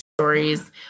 stories